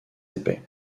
épais